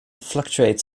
fluctuate